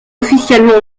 officiellement